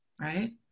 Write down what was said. right